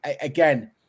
Again